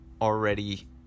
already